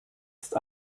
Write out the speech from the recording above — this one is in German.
ist